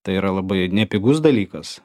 tai yra labai nepigus dalykas